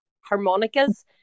harmonicas